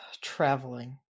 traveling